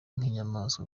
nk’inyamaswa